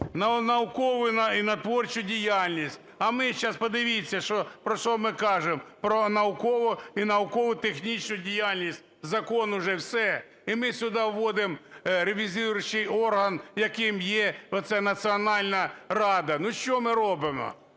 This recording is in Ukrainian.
на наукову і на творчу діяльність. А ми зараз, подивіться, про що ми кажемо, про наукову і науково-технічну діяльність, закон вже все, і ми сюди вводимо ревізіруючий орган, яким є національна рада. Ну, що ми робимо?